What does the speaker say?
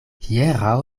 hieraŭ